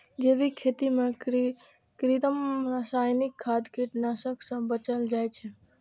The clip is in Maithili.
जैविक खेती मे कृत्रिम, रासायनिक खाद, कीटनाशक सं बचल जाइ छै